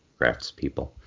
craftspeople